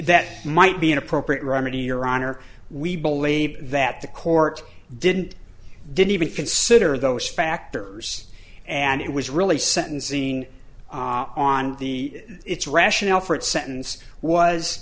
that might be an appropriate remedy your honor we believe that the court didn't didn't even consider those factors and it was really sentencing on the its rationale for it sentence was